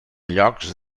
llocs